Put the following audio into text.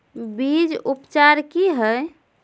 बीज उपचार कि हैय?